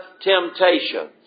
temptations